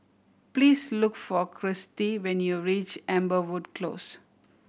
please look for Christi when you reach Amberwood Close